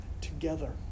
together